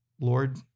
Lord